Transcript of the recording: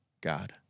God